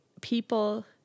people